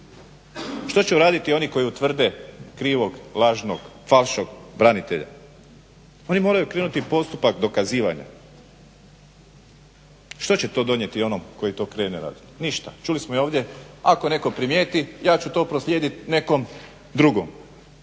Što će uraditi oni koji utvrde krivog, lažnog, falšnog branitelja? Oni moraju krenuti postupak dokazivanja. Što će to donijeti onom koji to krene raditi, ništa. Čuli smo ovdje, ako netko primijeti ja ću to proslijedit nekom drugom,